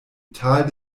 tal